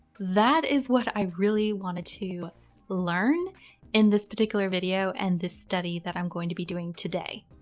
that is what i really wanted to learn in this particular video and this study that i'm going to be doing today.